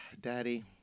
Daddy